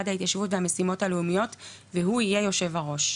ההתיישבות והמשימות הלאומיות והוא יהיה יושב הראש".